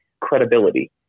credibility